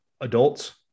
adults